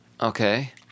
Okay